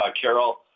Carol